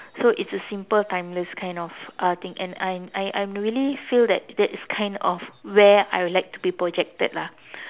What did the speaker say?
so it's a simple timeless kind of uh thing and I'm I'm really feel that that is kind of where I would like to be projected lah